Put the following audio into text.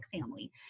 family